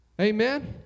Amen